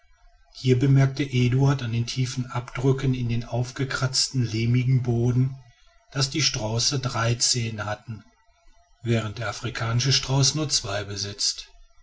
hier bemerkte eduard an den tiefen abdrücken in dem aufgekratzten lehmigen boden daß die strauße drei zehen hatten während der afrikanische strauß nur zwei besitzt